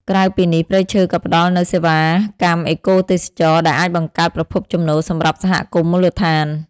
ក្រៅពីនេះ ព្រៃឈើក៏ផ្ដល់នូវសេវាកម្មអេកូទេសចរណ៍ ដែលអាចបង្កើតប្រភពចំណូលសម្រាប់សហគមន៍មូលដ្ឋាន។